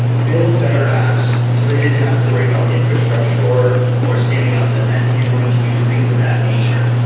build better apps. so they didn't have to worry about infrastructure or or standing up, event handling queues, things of that nature.